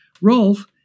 Rolf